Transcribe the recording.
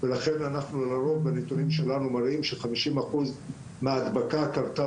ולכן אנחנו לרוב בנתונים שלנו מראים ש-50% מההדבקה קרתה